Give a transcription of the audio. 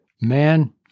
man